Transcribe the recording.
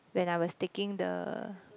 when I was taking the